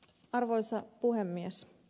arvoisa puhemies